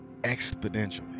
exponentially